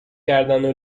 کردنو